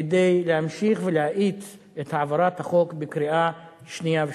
כדי להמשיך ולהאיץ את העברת החוק בקריאה שנייה ושלישית.